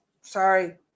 Sorry